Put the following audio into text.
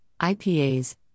IPAs